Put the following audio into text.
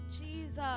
jesus